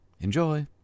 Enjoy